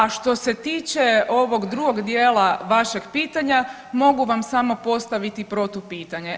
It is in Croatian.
A što se tiče ovog drugog dijela vašeg pitanja mogu vam samo postaviti protupitanje.